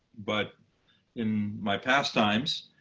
but in my pastimes,